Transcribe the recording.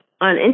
on